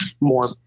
more